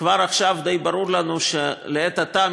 כבר עכשיו די ברור לנו שלעת עתה,